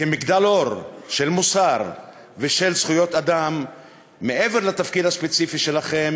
כמגדלור של מוסר ושל זכויות אדם מעבר לתפקיד הספציפי שלכם,